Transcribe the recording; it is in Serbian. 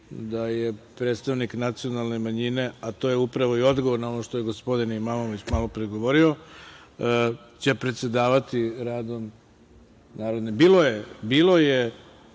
da je predstavnik nacionalne manjine, a to je upravo i odgovor na ono što je gospodin Imamović malopre govorio, će predsedavati radom Narodne skupštine. Bilo je